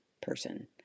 person